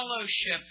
fellowship